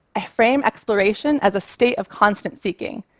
i frame exploration as a state of constant seeking.